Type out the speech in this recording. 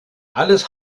alles